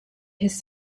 his